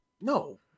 no